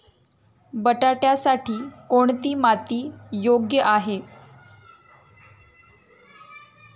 बटाट्यासाठी कोणती माती योग्य आहे?